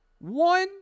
One